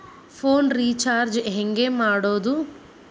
Phone recharge ಹೆಂಗೆ ಮಾಡೋದು?